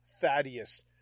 thaddeus